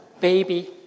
baby